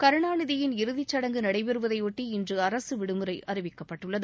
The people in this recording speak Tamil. கருணாநிதியின் இறுதிச்சடங்கு நடைபெறுவதையொட்டி இன்று அரசு விடுமுறை அறிவிக்கப்பட்டுள்ளது